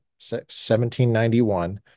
1791